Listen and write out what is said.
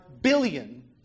billion